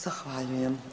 Zahvaljujem.